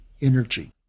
energy